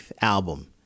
album